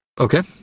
Okay